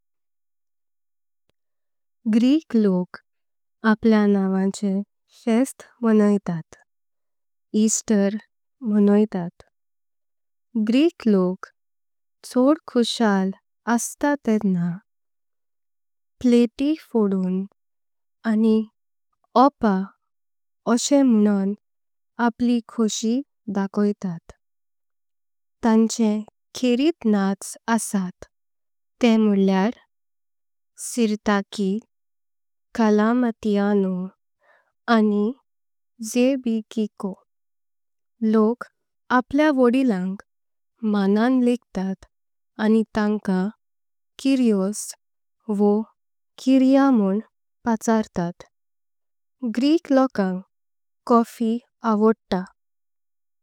ग्रीक लोक आपल्या नावाचे फेस्त मोनोइतात। ईस्टर मोनोइतात ग्रीक लोक छोउद कुसळ। असता तेडना प्लाटी फोडून आणी ओपा म्होनून। आपली कोशि धकोइतात तांचे खेरित नाच असत। ते म्होल्लेयर स्यृतकि कलामातीयानो आणी ज़ईबिकिको। लोक आपल्या व्होड्दीळांक मनाम लिकतात। आणी तांका किरीओस वा क्यीरिआ म्होन। पाचारतात ग्रीक लोकांक कॉफी आवडता।